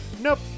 nope